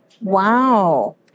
Wow